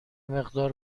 مقدار